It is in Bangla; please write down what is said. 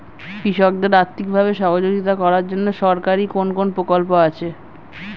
কৃষকদের আর্থিকভাবে সহযোগিতা করার জন্য সরকারি কোন কোন প্রকল্প আছে?